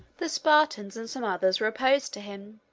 the spartans and some others were opposed to him.